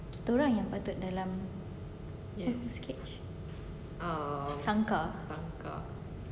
kita orang yang patut dalam this cage sangkar